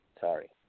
sorry